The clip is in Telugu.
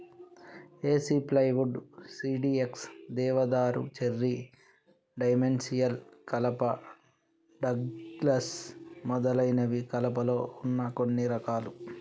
ఏసి ప్లైవుడ్, సిడీఎక్స్, దేవదారు, చెర్రీ, డైమెన్షియల్ కలప, డగ్లస్ మొదలైనవి కలపలో వున్న కొన్ని రకాలు